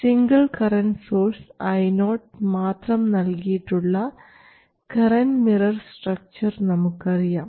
single current source Io മാത്രം നൽകിയിട്ടുള്ള current mirror structure നമുക്കറിയാം